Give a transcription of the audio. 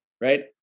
Right